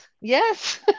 Yes